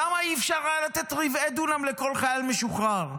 למה אי-אפשר היה לתת רבעי דונם לכל חייל משוחרר?